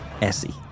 Essie